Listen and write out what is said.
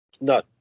No